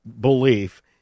belief